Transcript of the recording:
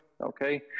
okay